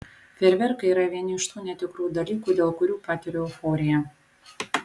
fejerverkai yra vieni iš tų netikrų dalykų dėl kurių patiriu euforiją